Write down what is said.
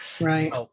Right